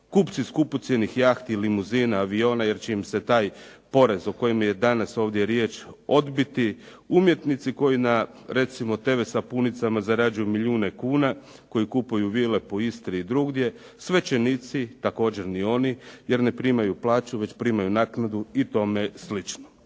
kupci skupocjenih jahti, limuzina, aviona jer će im se taj porez o kojem je danas ovdje riječ odbiti, umjetnici koji na recimo na TV sapunicama zarađuju milijune kuna koji kupuju vile po Istri i drugdje, svećenici također ni oni, jer ne primaju plaću, već primaju naknadu i tome slično.